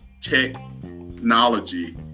Technology